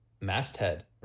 masthead